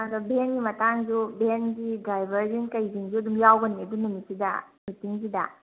ꯑꯗꯣ ꯚꯦꯟꯒꯤ ꯃꯇꯥꯡꯁꯨ ꯚꯦꯟꯒꯤ ꯗ꯭ꯔꯥꯏꯕꯔꯁꯤꯡ ꯀꯩꯁꯤꯡꯁꯨ ꯑꯗꯨꯝ ꯌꯥꯎꯒꯅꯤ ꯑꯗꯨ ꯅꯨꯃꯤꯠꯇꯨꯗ ꯃꯤꯇꯤꯡꯁꯤꯗ